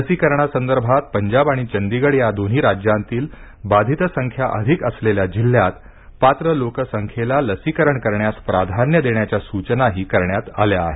लसीकरणासंदर्भात पंजाब आणि चंडीगड दोन्ही राज्यांतील बाधितसंख्या अधिक असलेल्या जिल्ह्यात पात्र लोकसंख्येला लसीकरण करण्यास प्राधान्य देण्याच्या सूचनाही करण्यात आल्या आहेत